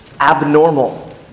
abnormal